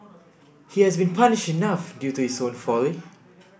he has been punished enough due to his own folly